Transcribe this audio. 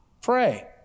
Pray